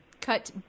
cut